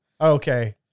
Okay